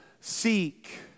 seek